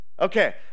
Okay